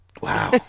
Wow